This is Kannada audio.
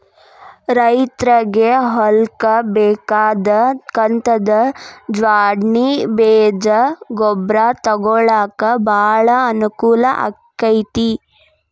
ರೈತ್ರಗೆ ಹೊಲ್ಕ ಬೇಕಾದ ಕಂತದ ಜ್ವಾಡ್ಣಿ ಬೇಜ ಗೊಬ್ರಾ ತೊಗೊಳಾಕ ಬಾಳ ಅನಕೂಲ ಅಕೈತಿ